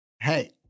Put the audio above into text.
hey